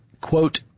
quote